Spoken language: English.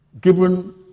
Given